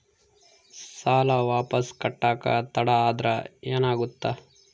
ಸಾಲ ವಾಪಸ್ ಕಟ್ಟಕ ತಡ ಆದ್ರ ಏನಾಗುತ್ತ?